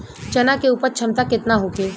चना के उपज क्षमता केतना होखे?